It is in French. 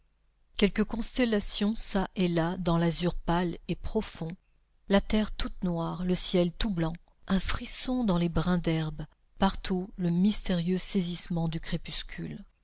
quelques constellations çà et là dans l'azur pâle et profond la terre toute noire le ciel tout blanc un frisson dans les brins d'herbe partout le mystérieux saisissement du crépuscule